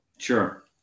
Sure